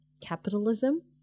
Capitalism